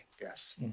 Yes